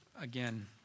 again